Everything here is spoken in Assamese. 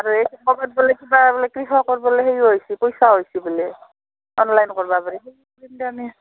আৰু এই গ'লে কিবা বোলে কৃষকৰ বোলে হেৰি হৈছে পইচা হৈছে বোলে অনলাইন কৰিব পাৰি